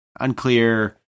Unclear